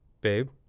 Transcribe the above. babe